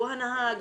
הוא הנהג,